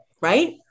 right